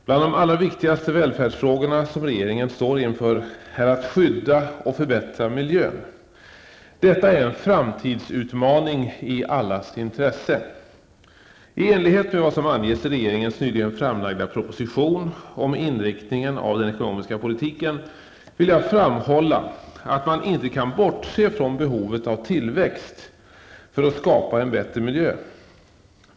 Bland de allra viktigaste välfärdsfrågorna som regeringen står inför är att skydda och förbättra miljön. Detta är en framtidsutmaning i allas intresse. I enlighet med vad som anges i regeringens nyligen framlagda proposition om inriktningen av den ekonomiska politiken vill jag framhålla att man inte kan bortse från behovet av tillväxt för att skapa en bättre miljö.